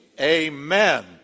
Amen